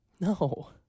No